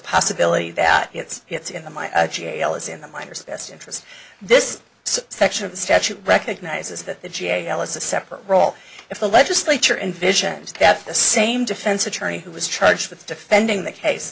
possibility that it's it's in the my jail is in the minors best interest this section of the statute recognizes that the g a l s a separate role if the legislature envisions that the same defense attorney who was charged with defending the case